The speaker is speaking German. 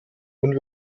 und